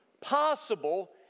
possible